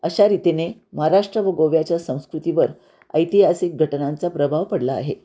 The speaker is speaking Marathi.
अशा रितीने महाराष्ट्र व गोव्याच्या संस्कृतीवर ऐतिहासिक घटनांचा प्रभाव पडला आहे